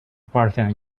parthian